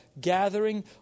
gathering